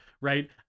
right